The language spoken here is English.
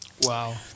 Wow